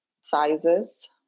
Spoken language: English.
sizes